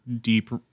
deep